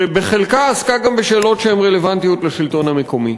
שבחלקה עסקה גם בשאלות שהן רלוונטיות לשלטון המקומי.